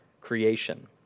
creation